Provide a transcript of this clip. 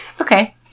Okay